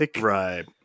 Right